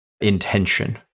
intention